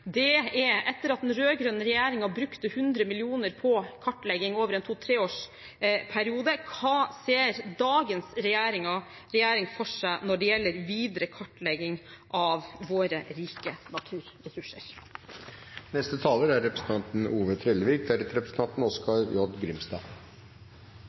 er: Etter at den rød-grønne regjeringen brukte 100 mill. kr på kartlegging over en 2–3-årsperiode, hva ser dagens regjering for seg når det gjelder videre kartlegging av våre rike naturressurser? Det er